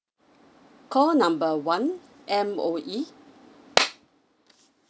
call number one M_O_E